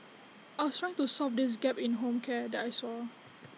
I was trying to solve this gap in home care that I saw